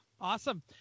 Awesome